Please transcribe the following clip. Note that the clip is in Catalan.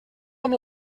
amb